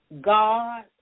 God